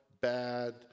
bad